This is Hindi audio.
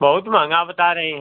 बहुत महँगा बता रही हैं